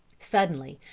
suddenly,